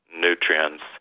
nutrients